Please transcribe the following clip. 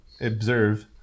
observe